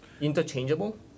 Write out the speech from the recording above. interchangeable